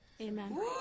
Amen